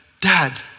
dad